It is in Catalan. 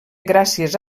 gràcies